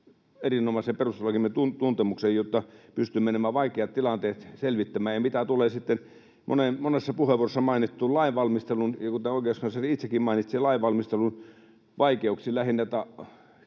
erinomaisen perustuslakimme tuntemuksen, jotta pystymme nämä vaikeat tilanteet selvittämään. Ja mitä tulee sitten monessa puheenvuorossa mainittuun lainvalmisteluun, ja kuten oikeuskansleri itsekin mainitsi lainvalmistelun vaikeudet: Lähinnä